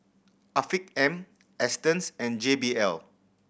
Afiq M Astons and J B L